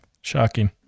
Shocking